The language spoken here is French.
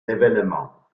évènements